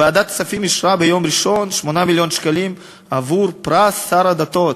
ועדת הכספים אישרה ביום ראשון 8 מיליון שקלים עבור פרס שר הדתות.